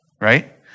right